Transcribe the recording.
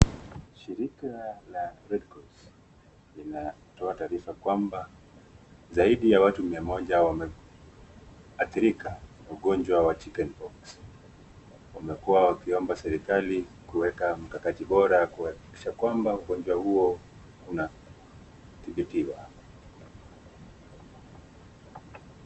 Shirika la CS[Red Cross]CS linatoa taarifa kwamba, zaidi ya watu mia moja wameathirika ugonjwa wa CS[chicken pox]CS. Wamekua wakiomba serikali kuweka mkakati bora kuhakikisha kwamba ugonjwa huo unathibitiwa.